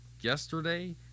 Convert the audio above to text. yesterday